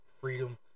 freedom